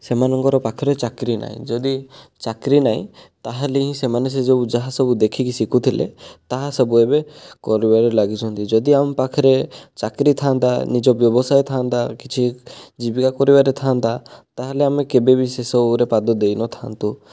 ସେମାନଙ୍କର ପାଖରେ ଚାକିରୀ ନାହିଁ ଯଦି ଚାକିରୀ ନାହିଁ ତାହେଲେ ସେମାନେ ସେ ଯେଉଁ ଦେଖିକି ଶିଖୁଥିଲେ ତାହା ସବୁ ଏବେ କରିବାରେ ଲାଗୁଛନ୍ତି ଯଦି ଆମ ପାଖରେ ଚାକିରୀ ଥାଆନ୍ତା ନିଜ ବ୍ୟବସାୟ ଥାଆନ୍ତା କିଛି ଜୀବିକା କରିବାରେ ଥାଆନ୍ତା ତାହେଲେ ଆମେ କେବେବି ସେ ସବୁରେ ପାଦ ଦେଇ ନଥାଆନ୍ତୁ